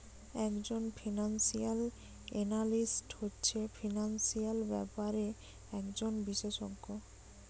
একজন financial analyst হচ্ছে financial ব্যাপারে একজন বিশেষজ্ঞ